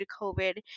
COVID